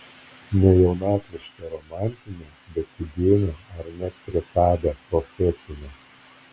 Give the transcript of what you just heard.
ne jaunatvišką romantinę bet įdėmią ar net priekabią profesinę